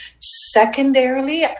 Secondarily